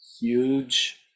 huge